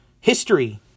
history